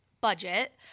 budget